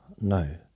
No